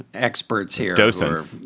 experts here. docents,